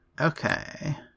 Okay